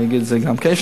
אני אגיד את זה גם כעת,